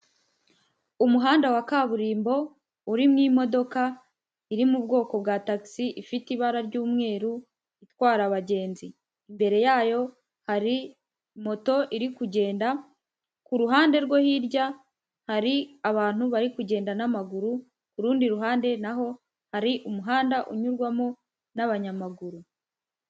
Umuhanda wa kaburimbo urimo imodoka iri mu bwoko bwa tagisi ifite ibara ry'umweru itwara abagenzi. Imbere yayo hari moto iri kugenda, ku ruhande rwo hirya hari abantu bari kugenda n'amaguru, ku rundi ruhande naho ari umuhanda unyurwamo n'abanyamaguru.